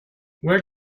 where